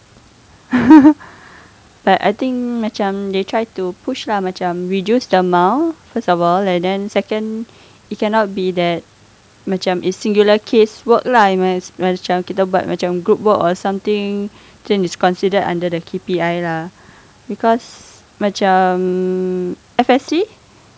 but I think macam they try to push lah macam reduce the amount first of all and then second it cannot be that macam is singular case work lah it must macam kita buat group work or something considered under the K_P_I lah because macam F_S_C